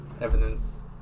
Evidence